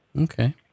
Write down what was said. Okay